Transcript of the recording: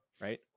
right